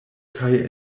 kaj